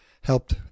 helped